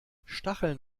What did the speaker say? stacheln